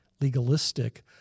legalistic